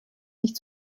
nicht